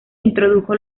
introdujo